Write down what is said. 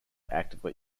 actively